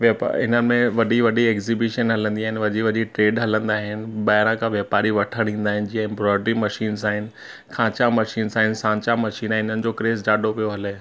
व्यापा हिनमें वॾी वॾी एग्ज़ीबिशन हलंदी आहिनि वॾी वॾी ट्रेड हलंदा आहिनि ॿाहिरां खां वापारी वठणु ईंदा आहिनि जीअं एम्ब्रॉयड्री मशीन्स आहिनि खांचा मशीन्स आहिनि सांचा मशीन आहिनि हिननि जो क्रेज़ ॾाढो पियो हले